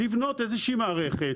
אפשר לבנות איזושהי מערכת,